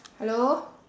hello